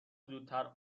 زودتر